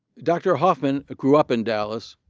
dr. hoffman grew up in dallas,